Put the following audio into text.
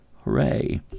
Hooray